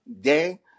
day